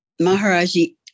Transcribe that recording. Maharaji